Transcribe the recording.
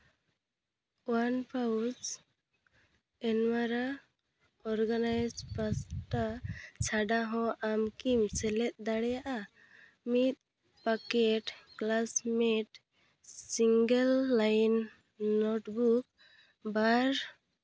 one ᱯᱟᱣᱩᱪ ᱮᱱᱢᱟᱨᱟ organise ᱯᱟᱥᱛᱟ ᱪᱷᱟᱰᱟ ᱦᱚᱸ ᱟᱢ ᱠᱤᱢ ᱥᱮᱞᱮᱫ ᱫᱟᱲᱮᱭᱟᱜᱼᱟ ᱢᱤᱫ packet plus mat single line note book ᱵᱟᱨ